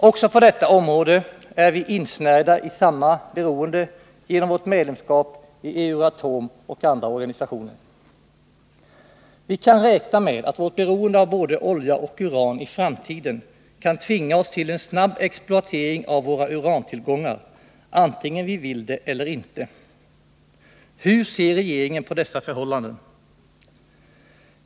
Också på detta område är vi insnärjda i samma beroende genom vårt medlemskap i Euratom. Vi kan räkna med att vårt beroende av både olja och uran i framtiden kan tvinga oss till en snabb exploatering av våra urantillgångar, vare sig vi vill det eller inte. Hur ser regeringen på dessa förhållanden?